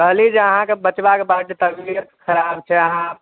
कहलियै जे अहाँकेँ बचबाके बड़ तबिअत खराब छै अहाँ